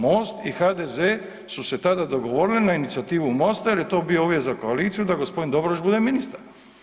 Most i HDZ su se tada dogovorili na inicijativu Mosta jel je to bio uvjet za koaliciju da g. Dobrović bude ministar.